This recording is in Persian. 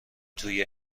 توی